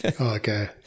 okay